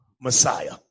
Messiah